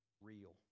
real